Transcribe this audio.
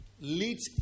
leads